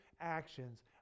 actions